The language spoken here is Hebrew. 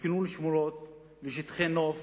וכינון שמורות ושטחי נוף